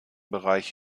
bereich